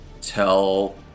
tell